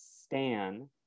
stan